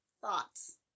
thoughts